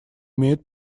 имеют